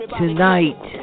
tonight